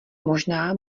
možná